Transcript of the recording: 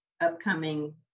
upcoming